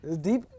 Deep